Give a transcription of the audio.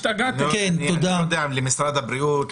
עוד שאלה שאני לא יודע אם היא מופנית למשרד הבריאות,